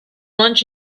lunch